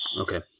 Okay